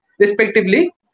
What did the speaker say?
respectively